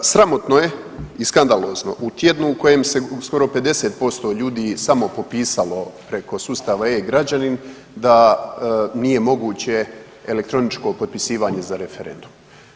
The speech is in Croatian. Sramotno je i skandalozno u tjednu u kojem se skoro 50% ljudi samopopisalo preko sustava e-Građani da nije moguće elektroničko potpisivanje za referendum.